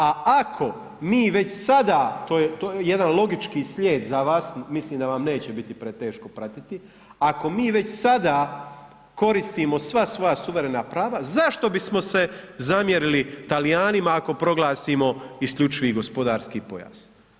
A ako mi već sada, to je jedan logički slijed za vas, mislim da vam neće biti preteško pratiti, ako mi već sada koristimo sva svoja suverena prava, zašto bismo se zamjerili Talijanima ako proglasimo isključivi gospodarski pojas?